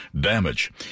damage